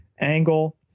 angle